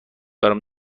دارم